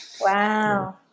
Wow